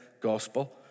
gospel